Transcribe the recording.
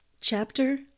Chapter